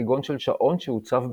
כגון של שעון שהוצב בתוכו.